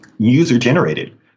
user-generated